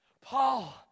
Paul